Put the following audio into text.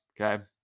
okay